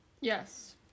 Yes